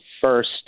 first